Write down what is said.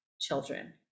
children